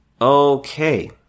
Okay